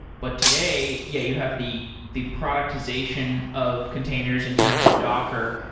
but today, yeah, you have the the productization of containers in terms of docker,